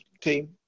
team